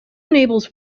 enables